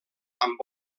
amb